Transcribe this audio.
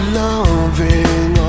loving